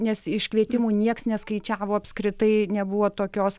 nes iškvietimų nieks neskaičiavo apskritai nebuvo tokios